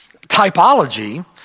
typology